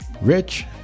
Rich